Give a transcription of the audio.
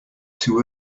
too